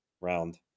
round